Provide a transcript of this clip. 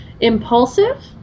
Impulsive